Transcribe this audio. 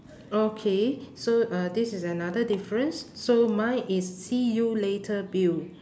okay so uh this is another difference so mine is see you later bill